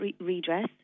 redress